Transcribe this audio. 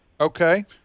okay